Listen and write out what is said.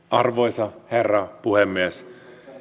arvoisa herra puhemies